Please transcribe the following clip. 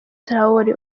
traoré